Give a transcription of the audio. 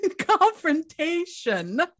confrontation